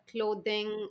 clothing